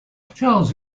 charles